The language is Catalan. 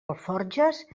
alforges